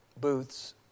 booths